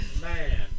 man